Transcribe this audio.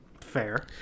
Fair